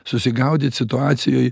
susigaudyt situacijoj